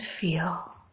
feel